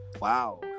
Wow